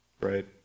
Right